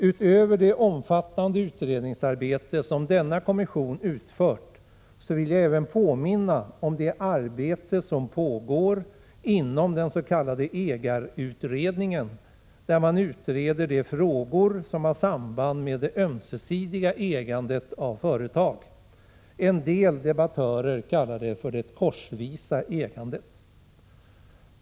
Utöver det omfattande utredningsarbete som denna kommission har utfört vill jag även påminna om det arbete som pågår inom den s.k. ägarutredningen, där man utreder de frågor som har samband med det ömsesidiga ägandet av företag. En del debattörer kallar det för det korsvisa ägandet.